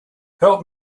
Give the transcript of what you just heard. help